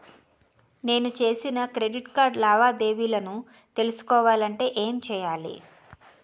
నేను చేసిన credit card లావాదేవీలను తెలుసుకోవాలంటే ఏం చేయాలి?